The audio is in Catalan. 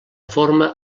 forma